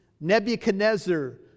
Nebuchadnezzar